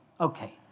okay